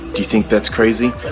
you think that's crazy?